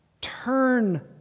turn